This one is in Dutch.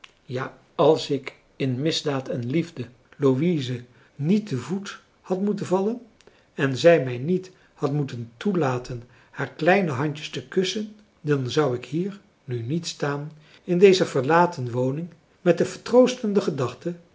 ja als ik in misdaad en liefde louise niet te voet had moeten vallen en zij mij niet had moeten toelaten haar kleine handjes te kussen dan zou ik hier nu niet staan in deze verlaten woning met de vertroostende gedachte